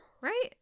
Right